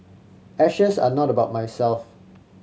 ashes are not about myself